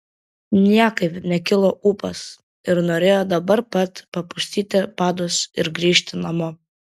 niekaip nekilo ūpas ir norėjo dabar pat papustyti padus ir grįžti namo